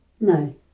No